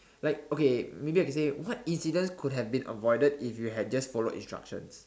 like okay maybe I can say what incident could have been avoided if you had just followed instruction